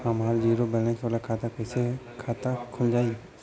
हमार zero balance वाला खाता खुल जाई?